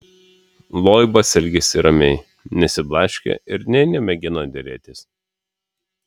loibas elgėsi ramiai nesiblaškė ir nė nemėgino derėtis